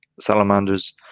salamanders